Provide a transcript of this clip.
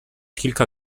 kilka